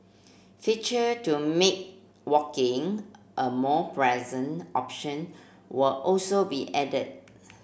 feature to make walking a more pleasant option will also be added